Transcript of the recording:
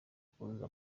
kuzuza